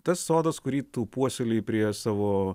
tas sodas kurį tu puoselėji prie savo